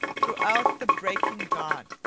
throughout the breaking dawn,